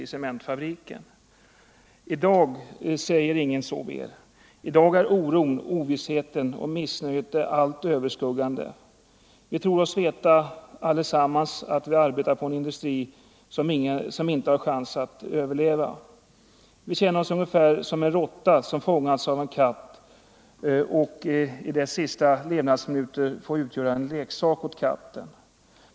Han skrev vidare: ”Idag säger ingen så mer. Idag är oron, ovissheten och missnöjet det allt överskuggande. Vi tror oss veta allesammans att vi arbetar på en industri som ingen chans har att överleva. Vi känner oss ungefär som en råtta som fångats av en katt och i dess sista levnadsminuter får utgöra en leksak åt katten.